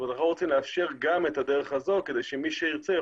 אנחנו רוצים לאפשר גם את הדרך הזאת כדי שמי שירצה,